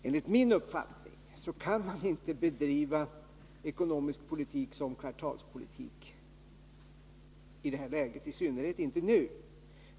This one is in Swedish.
Enligt min uppfattning kan man inte bedriva ekonomisk politik som kvartalspolitik, i synnerhet inte nu.